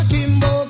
Kimbo